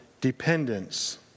dependence